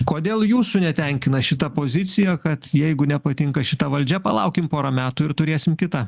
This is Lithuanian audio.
kodėl jūsų netenkina šita pozicija kad jeigu nepatinka šita valdžia palaukim porą metų ir turėsim kitą